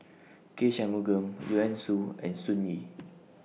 K Shanmugam Joanne Soo and Sun Yee